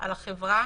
על החברה?